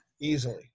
easily